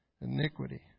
Iniquity